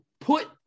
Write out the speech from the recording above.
put